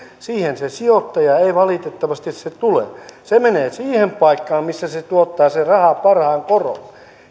se sijoittaja ei valitettavasti tule se menee siihen paikkaan missä se raha tuottaa parhaan koron